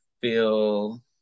feel